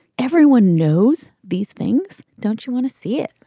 everyone knows these things. don't you want to see it?